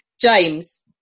James